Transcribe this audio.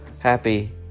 Happy